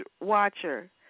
watcher